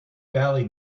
valley